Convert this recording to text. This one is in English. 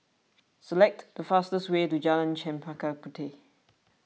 select the fastest way to Jalan Chempaka Puteh